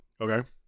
Okay